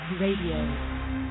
radio